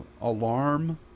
alarm